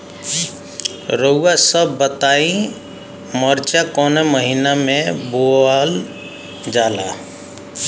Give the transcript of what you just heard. रउआ सभ बताई मरचा कवने महीना में बोवल जाला?